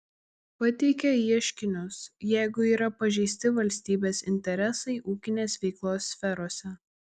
pateikia ieškinius jeigu yra pažeisti valstybės interesai ūkinės veiklos sferose